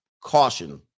caution